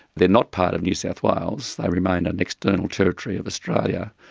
they are not part of new south wales. they remain an external territory of australia.